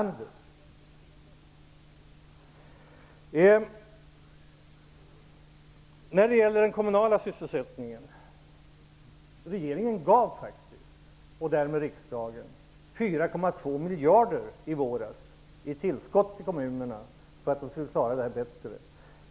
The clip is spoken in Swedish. När det gäller den kommunala sysselsättningen vill jag säga att regeringen, och därmed också riksdagen, faktiskt beviljade 4,2 miljarder i våras som ett tillskott till kommunerna för att de skulle klara detta bättre.